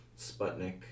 Sputnik